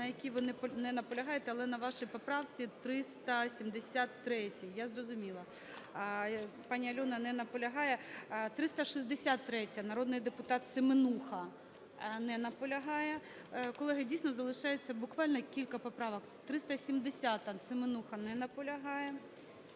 на якій ви не наполягаєте, але на вашій поправці 373-й. Я зрозуміла. ПаніАльона не наполягає. 363-я. Народний депутатСеменуха. Не наполягає. Колеги, дійсно залишається буквально кілька поправок. 370-а,Семенуха. Не наполягає.